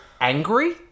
angry